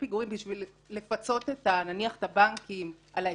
הפיגורים בשביל לפצות את הבנקים על ההפסד,